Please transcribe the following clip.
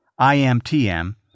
IMTM